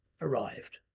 arrived